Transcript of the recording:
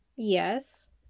yes